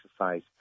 exercise